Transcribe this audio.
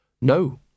no